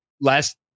last